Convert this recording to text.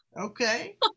Okay